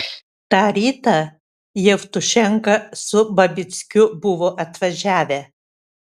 tą rytą jevtušenka su babickiu buvo atvažiavę